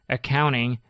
accounting